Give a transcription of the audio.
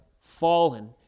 fallen